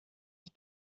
die